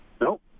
Nope